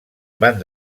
van